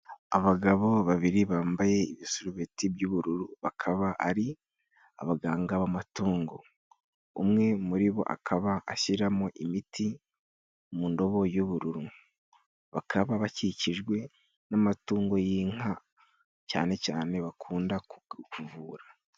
Abagabo babiri bambaye ibisurubeti by'ubururu bakaba ari abaganga b'amatungo. Umwe muri bo akaba ashyiramo imiti mu ndobo y'ubururu, bakaba bakikijwe n'amatungo y'inka cyane cyane bakunda kuvura.